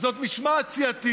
זאת משמעת סיעתית.